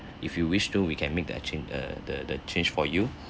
if you wish to we can make the change err the the change for you